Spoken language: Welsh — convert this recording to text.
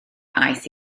aeth